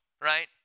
right